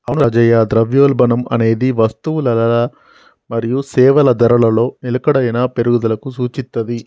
అవును రాజయ్య ద్రవ్యోల్బణం అనేది వస్తువులల మరియు సేవల ధరలలో నిలకడైన పెరుగుదలకు సూచిత్తది